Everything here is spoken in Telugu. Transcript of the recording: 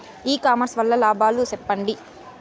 ఇ కామర్స్ వల్ల లాభాలు సెప్పండి?